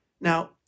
Now